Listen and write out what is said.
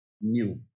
new